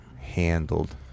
Handled